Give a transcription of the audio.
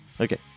Okay